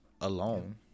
alone